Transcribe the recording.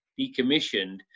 decommissioned